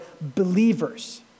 believers